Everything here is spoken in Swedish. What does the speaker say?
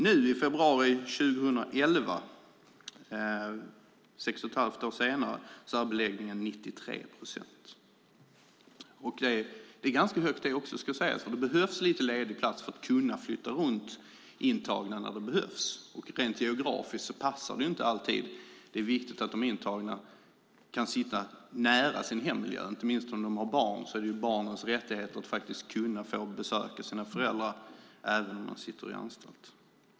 Nu i februari 2011 - sex och ett halvt år senare - är beläggningen 93 procent. Det är också ganska högt, ska jag säga, för det behövs lite ledig plats för att man ska kunna flytta runt intagna när det behövs. Rent geografiskt passar det inte alltid. Det är viktigt att de intagna kan sitta nära sin hemmiljö, inte minst om de har barn. Det är barnens rättighet att få besöka sina föräldrar även om föräldrarna sitter på anstalt.